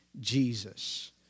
Jesus